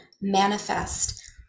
manifest